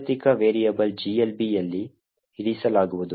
ಜಾಗತಿಕ ವೇರಿಯಬಲ್ GLBಯಲ್ಲಿ ಇರಿಸಲಾಗುವುದು